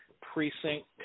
precinct